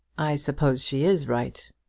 i suppose she is right.